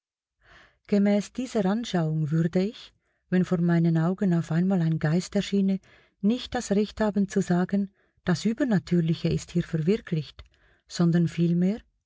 gemäß dieser anschauung würde ich wenn vor meinen augen auf einmal ein geist erschiene nicht das recht haben zu sagen das übernatürliche ist hier verwirklicht sondern vielmehr